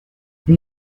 les